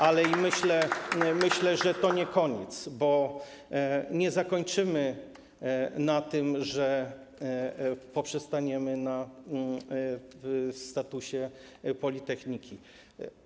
Ale myślę, że to nie koniec, bo nie zakończymy na tym, nie poprzestaniemy na statusie politechniki.